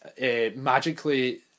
Magically